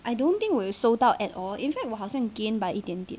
I don't think 我有瘦到 at all in fact 我好像 gain by 一点点